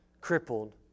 crippled